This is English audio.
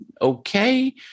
okay